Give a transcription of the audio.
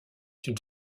une